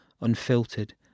unfiltered